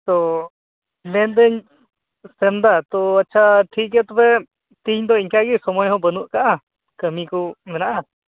ᱛᱚ ᱢᱮᱱᱫᱟᱹᱧ ᱥᱟᱢ ᱫᱟ ᱛᱚ ᱟᱪᱪᱷᱟ ᱴᱷᱤᱠᱜᱮᱭᱟ ᱛᱚᱵᱮ ᱛᱤᱦᱤᱧ ᱫᱚ ᱤᱱᱠᱟᱹ ᱜᱮ ᱥᱚᱢᱚᱭ ᱦᱚᱸ ᱵᱟᱹᱱᱩᱜ ᱟᱠᱟᱫᱼᱟ ᱠᱟᱹᱢᱤ ᱠᱚ ᱢᱮᱱᱟᱜᱼᱟ